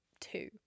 two